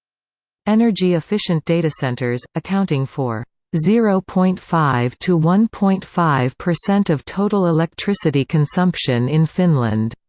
energy-efficient datacentres, accounting for zero point five to one point five per cent of total electricity consumption in finland,